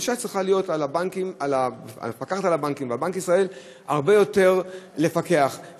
הדרישה מהמפקחת על הבנקים ובנק בישראל צריכה להיות לפקח הרבה יותר.